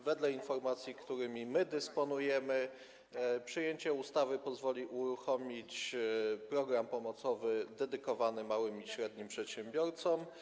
Wedle informacji, którymi my dysponujemy, przyjęcie ustawy pozwoli uruchomić program pomocowy dedykowany małym i średnim przedsiębiorcom.